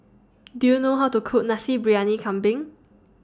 Do YOU know How to Cook Nasi Briyani Kambing